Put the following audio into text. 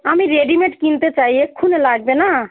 আমি রেডিমেড কিনতে চাই এক্ষুনি লাগবে না